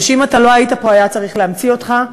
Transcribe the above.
זה שאם אתה לא היית פה היה צריך להמציא אותך.